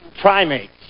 primates